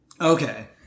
Okay